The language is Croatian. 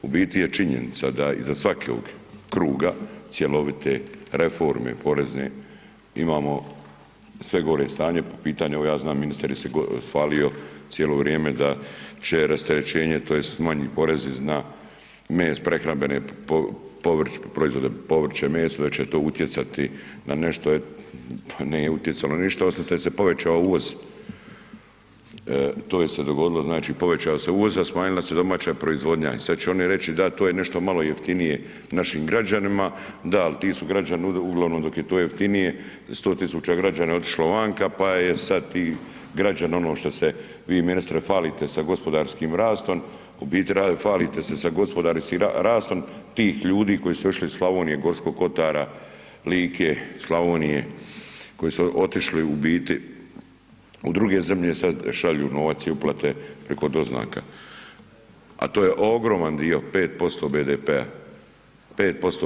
U biti je činjenica da iza svakog kruga cjelovite reforme porezne imamo sve gore stanje po pitanju, evo ja znam, ministar se hvalio cijelo vrijeme da će rasterećenje tj. manji porezi na ... prehrambene proizvode, povrće, meso, da će to utjecati na nešto, pa nije utjecalo na ništa osim šta se povećao uvoz, to se dogodilo, znači povećao se uvoz a smanjila se domaća proizvodnja i sad će oni reć da, to je nešto malo jeftinije našim građanima, da, ali ti su građani uglavnom dok je to jeftinije, 100 000 građana je otišlo vanka pa je sad i građeno ono šta se vi ministre hvalite sa gospodarskim rastom, u biti hvalite se sa gospodarskim rastom tih ljudi koji su otišli iz Slavonije, G. kotara, Like, Slavonije, koji su otišli u biti u druge zemlje, sad šalju novac i uplate preko doznaka a to je ogroman dio, 5% BDP-a.